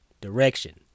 direction